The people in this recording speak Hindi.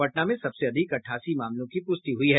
पटना में सबसे अधिक अठासी मामलों की प्रष्टि हुई है